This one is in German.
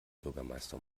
bürgermeister